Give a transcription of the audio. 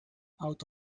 out